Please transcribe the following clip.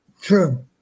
True